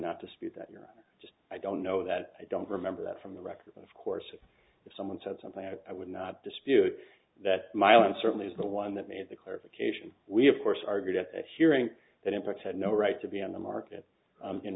not dispute that you're just i don't know that i don't remember that from the record of course if someone said something i would not dispute that mylan certainly is the one that made the clarification we of course argued at a hearing that impacts had no right to be on the market